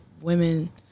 women